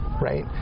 right